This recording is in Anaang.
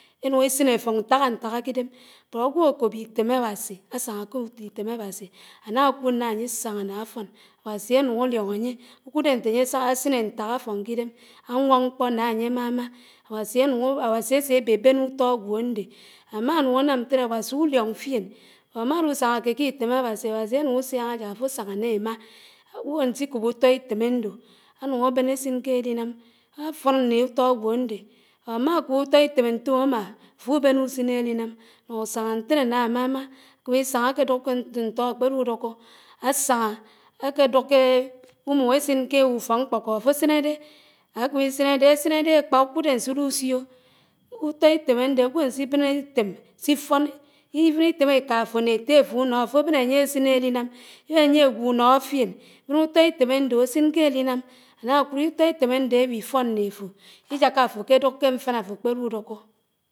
Énùñ ésiné àfóñ ñtàgáñtágá k’ídém, bót ágwó àkóbó ítém Áwási ásáñá k’ítém Áwási, ànàkúd náhà ányé sáñá nà àfón, Áwási ànúñ àlióñ ányé, úkúdé ñté ànyé àsiné ñtágá àfóñ k’idém, áwóñ mkpó ná ànyé ámámá, Áwási ásé ábébéné útó ágwó ñdé, àmánúñ ànám ñtérè Áwási úlíóñ fién, ámárúsáñàké k’itém Áwási, Áwási ánúñ úsóná ásák áfó àsáñá né ámá. Ágwó ánsikób útó ítém ándió ánúñ ábén ásin ké ádinàm àfón né ùtó ágwó àndé, ámàkób útó ítém ñtóm ámà, àfúbénè úsin élinám, ánúñ ásáñá ñtéré nà àmámá kimi sáñá ákédúk ké ñtó ákpérúdúkó, ásáná ákédúk kééé úmúm ésin ké úfók mkpókób áfó àsiné dé, ákimi sinédé àsinédé ákpà úkúdó ánsúrúsió, útó ítém àndé àgwó ánsi bén ítém sifón even ìtém ékáfó né éttéfó únó àfóbén ányè ásin élinám, ányé àgwó únóhó fién bén útó ítém àndó ásin, kélinám ánákúd útó ìtém ándé áwifón né àfó, ijákà àfó kédúk k’mfánà ákpérúdúkó.